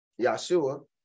Yahshua